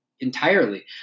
entirely